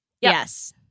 Yes